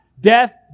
death